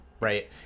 Right